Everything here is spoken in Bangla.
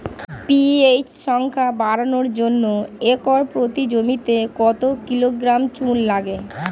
পি.এইচ সংখ্যা বাড়ানোর জন্য একর প্রতি জমিতে কত কিলোগ্রাম চুন লাগে?